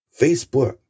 Facebook